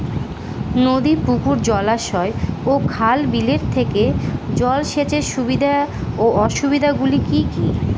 নদী পুকুর জলাশয় ও খাল বিলের থেকে জল সেচের সুবিধা ও অসুবিধা গুলি কি কি?